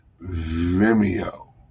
Vimeo